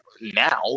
now